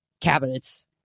cabinets